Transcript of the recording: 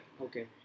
Okay